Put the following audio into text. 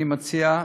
אני מציע,